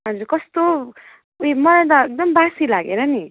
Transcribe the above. हजुर कस्तो ऊ यो मलाई त एकदम बासी लागेर नि